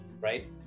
right